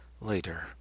later